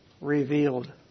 Revealed